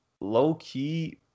low-key